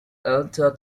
altar